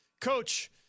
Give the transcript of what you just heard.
Coach